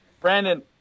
Brandon